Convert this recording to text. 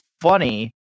funny